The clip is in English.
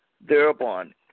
thereupon